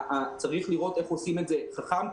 צריך לראות איך עושים את זה חכם,